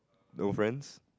those friends